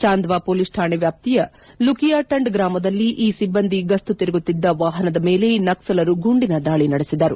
Chandwa police ಠಾಣೆ ವ್ಯಾಪ್ತಿಯ ಲುಕಿಯಟಂಡ್ ಗ್ರಾಮದಲ್ಲಿ ಈ ಸಿಬ್ಲಂದಿ ಗಸ್ತು ತಿರುಗುತ್ತಿದ್ದ ವಾಹನದ ಮೇಲೆ ನಕ್ಸಲರು ಗುಂಡಿನ ದಾಳಿ ನಡೆಸಿದರು